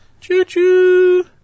Choo-choo